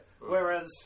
whereas